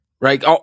right